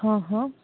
હ હ